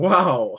Wow